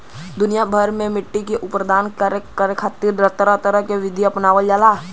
दुनिया भर में मट्टी के अपरदन के रोके खातिर तरह तरह के विधि अपनावल जाला